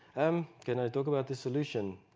um can i talk about the solution.